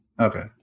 Okay